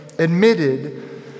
admitted